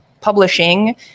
publishing